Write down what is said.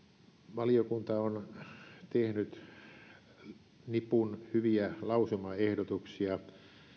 valiokunta on tehnyt nipun hyviä lausumaehdotuksia